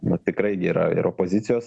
nu tikrai gi yra ir opozicijos